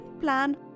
plan